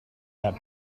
that